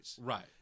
Right